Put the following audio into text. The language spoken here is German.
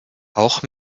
auch